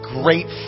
great